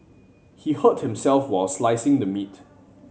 he hurt himself while slicing the meat